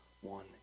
one